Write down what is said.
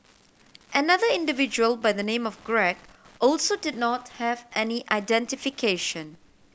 another individual by the name of Greg also did not have any identification